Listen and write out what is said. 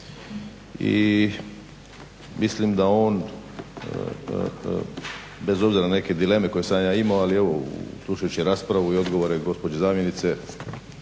mislim da on bez obzira na neke dileme koje sam ja imao, ali evo slušajući raspravu i odgovore gospođe zamjenice